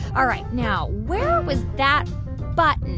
all right, now, where was that button?